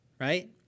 right